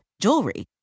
jewelry